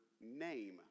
name